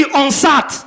unsat